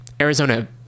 Arizona